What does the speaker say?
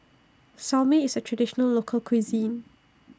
Salami IS A Traditional Local Cuisine